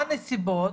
מה הנסיבות,